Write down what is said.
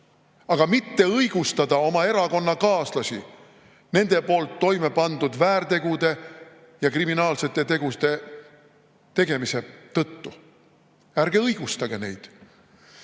Ei tule õigustada oma erakonnakaaslasi nende toimepandud väärtegude ja kriminaalsete tegude tõttu. Ärge õigustage neid!